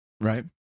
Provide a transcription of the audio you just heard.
Right